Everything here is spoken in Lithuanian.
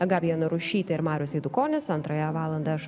gabija narušytė ir marius eidukonis antrąją valandą aš